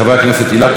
חמד עמר,